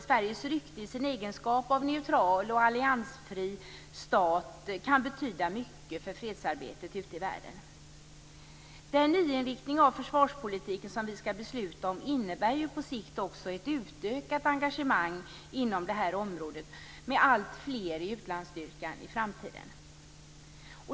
Sveriges rykte, i egenskap av neutral och alliansfri stat, kan betyda mycket för fredsarbetet ute i världen. Den nyinriktning av försvarspolitiken som vi skall besluta om innebär på sikt också ett utökat engagemang inom detta område, med alltfler i utlandsstyrkan i framtiden.